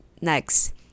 Next